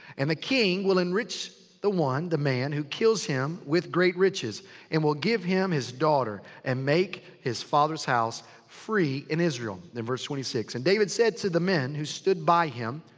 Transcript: and the king will enrich the one, the man who kills him with great riches and will give him his daughter and make his father's house free in israel. then verse twenty six, and david said to the men who stood by him,